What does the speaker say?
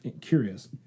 curious